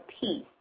peace